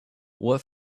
what